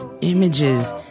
images